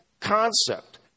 concept